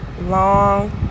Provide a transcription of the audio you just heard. long